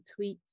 tweets